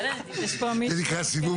זה נקרא סיבוב